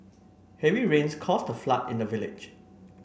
heavy rains caused a flood in the village